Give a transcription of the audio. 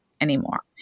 anymore